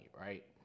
right